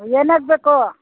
ಏನಾಗ್ಬೇಕು